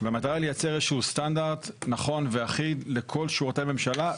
והמטרה היא לייצר איזשהו סטנדרט נכון ואחיד לכל שירותי ממשלה,